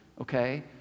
okay